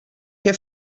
què